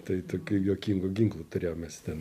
tai tokių juokingų ginklų turėjom mes ten